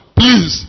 please